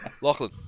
Lachlan